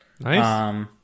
nice